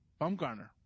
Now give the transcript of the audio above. Bumgarner